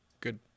good